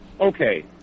okay